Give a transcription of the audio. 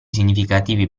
significativi